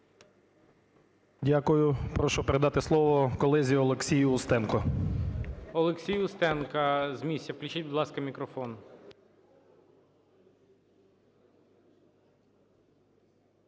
Дякую. Прошу передати слово колезі Олексію Устенку. ГОЛОВУЮЧИЙ. Олексій Устенко. З місця включіть, будь ласка, мікрофон.